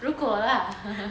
如果 lah